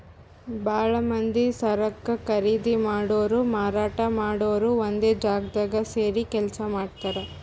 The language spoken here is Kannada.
ಭಾಳ್ ಮಂದಿ ಸರಕ್ ಖರೀದಿ ಮಾಡೋರು ಮಾರಾಟ್ ಮಾಡೋರು ಒಂದೇ ಜಾಗ್ದಾಗ್ ಸೇರಿ ಕೆಲ್ಸ ಮಾಡ್ತಾರ್